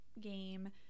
game